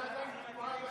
את עדיין תקועה ב-12.